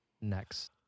next